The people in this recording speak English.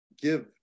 give